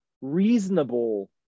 reasonable